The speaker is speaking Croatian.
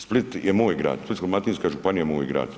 Split je moj grad, Splitsko-dalmatinska županija je moj grad.